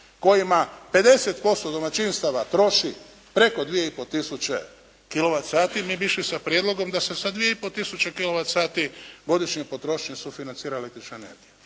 kojima 50% domaćinstava troši preko 2 i po tisuće kilovat sati mi bi išli sa prijedlogom da se sa 2 i po tisuće kilovat sati godišnje potrošnje sufinancira električna energija.